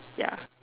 ya